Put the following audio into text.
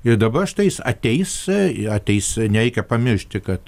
ir dabar štai jis ateis ir ateis nereikia pamiršti kad